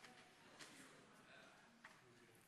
תודה רבה.